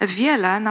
wiele